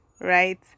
right